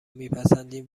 میپسندین